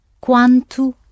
Quanto